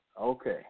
Okay